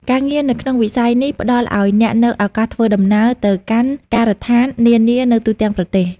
ការងារនៅក្នុងវិស័យនេះផ្តល់ឱ្យអ្នកនូវឱកាសធ្វើដំណើរទៅកាន់ការដ្ឋាននានានៅទូទាំងប្រទេស។